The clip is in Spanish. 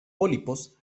pólipos